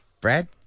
Brad